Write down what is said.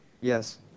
Yes